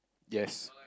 yes